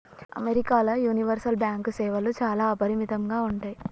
అమెరికాల universal bank సేవలు చాలా అపరిమితంగా ఉంటయ్